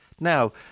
Now